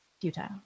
futile